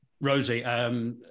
Rosie